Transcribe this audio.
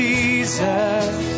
Jesus